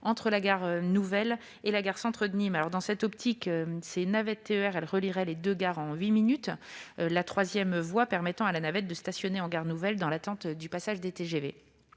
entre la gare nouvelle et la gare centrale de Nîmes. Dans cette optique, ces navettes TER relieraient les deux gares en huit minutes, la troisième voie permettant à la navette de stationner en gare nouvelle dans l'attente du passage des TGV.